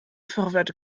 phrofiad